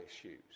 issues